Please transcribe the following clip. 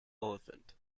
elephant